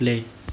play